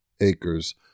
acres